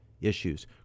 issues